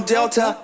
Delta